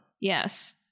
Yes